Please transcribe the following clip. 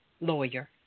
lawyer